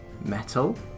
metal